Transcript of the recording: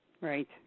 Right